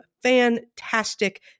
fantastic